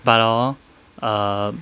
but hor err